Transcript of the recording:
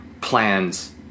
plans